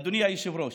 אדוני היושב-ראש,